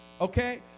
okay